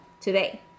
today